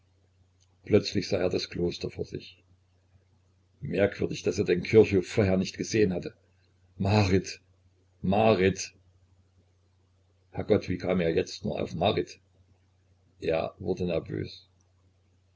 plötzlich sah er das kloster vor sich merkwürdig daß er den kirchhof vorher nicht gesehen hatte marit marit herr gott wie kam er nur jetzt auf marit er wurde nervös